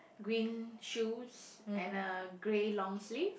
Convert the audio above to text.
green shoes and a grey long sleeve